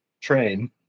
train